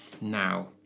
now